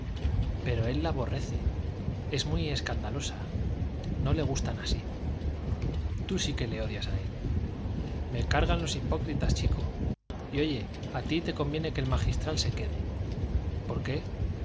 pero él la aborrece es muy escandalosa no le gustan así tú sí que le odias a él me cargan los hipócritas chico y oye a ti te conviene que el magistral se quede por qué